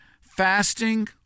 fasting